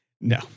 no